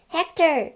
Hector